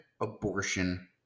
abortion